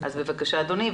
בבקשה, אדוני.